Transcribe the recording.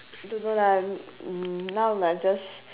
don't know lah now must just